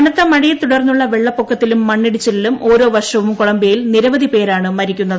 കനത്ത മഴയെത്തുടർന്നുള്ള വെള്ളപ്പൊക്കത്തിലും മണ്ണിടിച്ചിലിലും ഓരോ വർഷവും കൊളംബിയയിൽ നിരവധി പേരാണ് മരിക്കുന്നത്